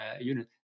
unit